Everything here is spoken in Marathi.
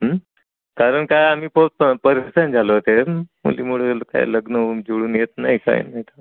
कारण काय आम्ही प प परेशान झाल होतो मुली मुळे काय लग्न होऊन जुळून येत नाही काय नाही